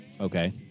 Okay